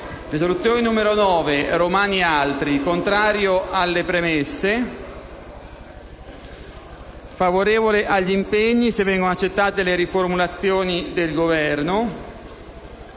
risoluzione n. 6 il parere è contrario alle premesse e favorevole agli impegni, se vengono accettate le riformulazioni del Governo